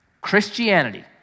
Christianity